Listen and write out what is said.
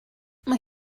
mae